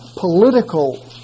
political